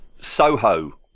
Soho